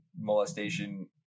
molestation